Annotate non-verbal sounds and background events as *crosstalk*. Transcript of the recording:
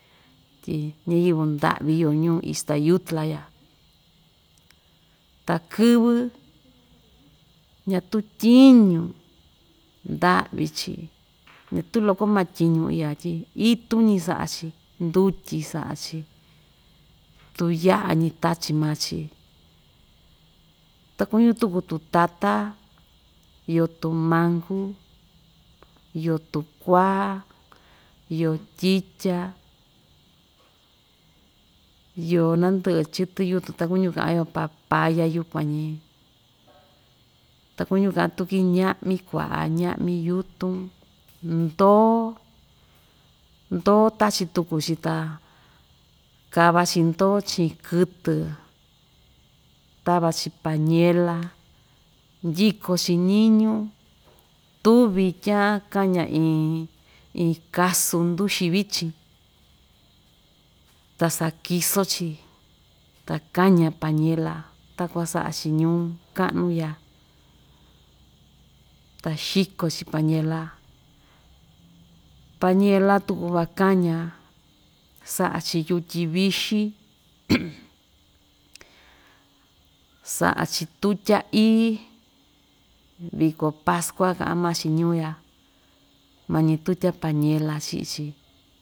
Tyi ñiyɨvɨ nda'vi iyo ñuu ixtayutla ya ta kɨvɨ́ ñatuu tyiñu, nda'vi‑chi ñatuu loko ma tyiñu iya tyi itu‑ñi sa'a‑chi ndutyi sa'a‑chi tuya'a‑ñi tachi maa‑chi ta kuñu tuku tu tata iyo tumanku iyo tukuà iyo tyitya, iyo nandɨ'ɨ chɨtɨ yutun ta kuñu ka'an‑yo papaya yukua‑ñi ta kuñu ka'a tuki ña'mi kua'a ña'mi yutun, ndoò ndoò tachi tuku‑chi ta kava‑chi ndoò chi'in kɨtɨ tava‑chi pañela, ndyiko‑chi ñiñu tuvi tyaan kaña iin iin kasu nduxi vichin ta sakiso‑chi ta kaña pañela takuan sa'a‑chi ñuu ka'nu ya ta xiko‑chi pañela, pañela tuku van kaña sa'a‑chi yutyi vixi, *noise* sa'a‑chi tutya ií, viko paskua ka'an maa‑chi ñuu ya mañi tutya pañela chi'i‑chi.